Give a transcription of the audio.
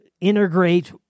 integrate